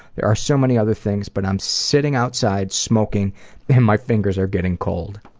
there are so many other things but i'm sitting outside smoking and my fingers are getting cold.